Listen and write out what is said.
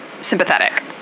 sympathetic